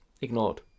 ignored